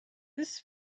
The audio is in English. this